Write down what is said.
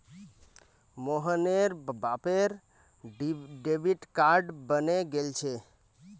मोहनेर बापेर debit card बने गेल छे